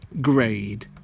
grade